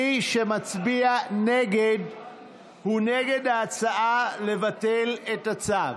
מי שמצביע נגד הוא נגד ההצעה לבטל את הצו.